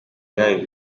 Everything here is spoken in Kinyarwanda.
urarira